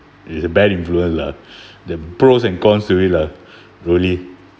it's a bad influence lah the pros and cons to it lah really